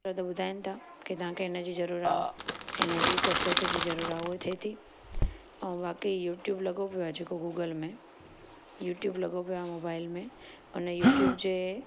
कसरत ॿुधाइनि था कि तव्हां खे इनजी ज़रूरु आहे इन कसरत जी ज़रूरु आहे उहा थिए थी ऐं बाक़ी यूट्यूब लगो पियो आहे जेको गूगल में यूट्यूब लगो पियो आहे मोबाइल में उन यूट्यूब जे